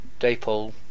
Daypole